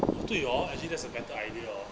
oh 对 orh actually that's a better idea orh